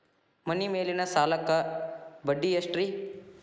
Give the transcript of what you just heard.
ಮನಿ ಮೇಲಿನ ಸಾಲಕ್ಕ ಬಡ್ಡಿ ಎಷ್ಟ್ರಿ?